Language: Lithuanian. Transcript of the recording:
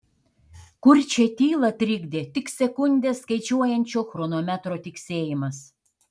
kurčią tylą trikdė tik sekundes skaičiuojančio chronometro tiksėjimas